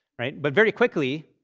right? but very quickly,